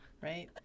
Right